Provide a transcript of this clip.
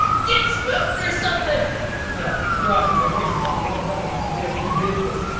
get spooked or something ah god, my voice is not warmed up enough to be able to do his voice